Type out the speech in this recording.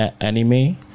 anime